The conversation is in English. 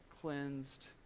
Cleansed